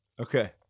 Okay